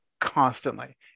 constantly